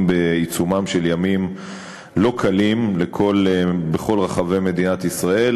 בעיצומם של ימים לא קלים בכל רחבי מדינת ישראל,